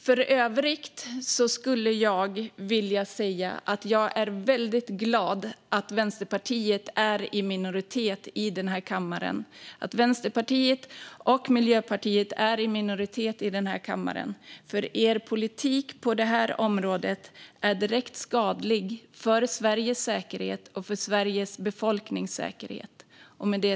För övrigt är jag glad över att Vänsterpartiet och Miljöpartiet är i minoritet i denna kammare, för er politik på detta område är direkt skadlig för Sveriges och vår befolknings säkerhet.